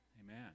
Amen